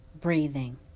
breathing